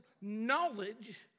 knowledge